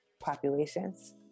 populations